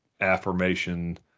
affirmation